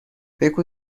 بگو